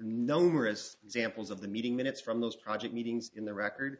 no longer as examples of the meeting minutes from those project meetings in the record